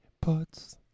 parts